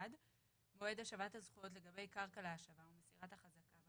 1. מועד השבת הזכויות לגבי קרקע להשבה ומסירת החזקה,